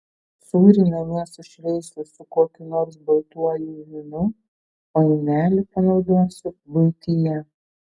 sūrį namie sušveisiu su kokiu nors baltuoju vynu o indelį panaudosiu buityje